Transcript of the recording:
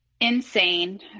insane